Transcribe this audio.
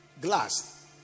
glass